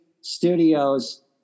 Studios